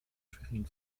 schwerin